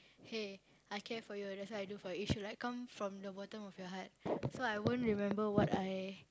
hey I care for you that's why I do for it should like come from the bottom of your heart so I won't remember what I